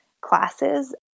classes